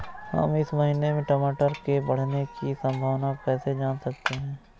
हम इस महीने में टमाटर के बढ़ने की संभावना को कैसे जान सकते हैं?